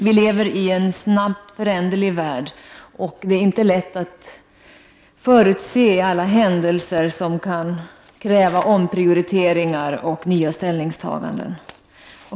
Vi lever i en snabbt föränderlig värld, och det är inte lätt att förutse alla händelser som kan kräva omprioriteringar och nya ställningstaganden.